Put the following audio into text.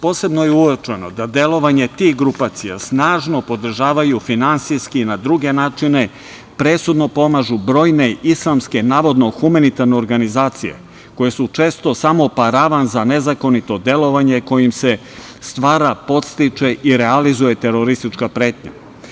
Posebno je uočeno da delovanje tih grupacija snažno podržavaju finansijski i na druge načine, presudno pomažu brojne islamske, navodno, humanitarne organizacije, koje su često samo paravan za nezakonito delovanje kojim se stvara, podstiče i realizuje teroristička pretnja.